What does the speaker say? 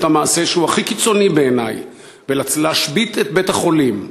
המעשה שהוא הכי קיצוני בעיני ולהשבית את בית-החולים,